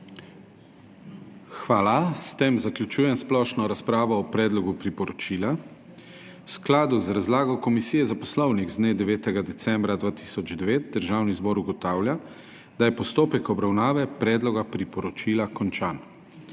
Hvala. S tem zaključujem splošno razpravo o predlogu priporočila. V skladu z razlago Komisije za Poslovnik, z dne 9. decembra 2009 Državni zbor ugotavlja, da je postopek obravnave predloga priporočila končan.